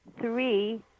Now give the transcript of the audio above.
three